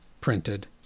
printed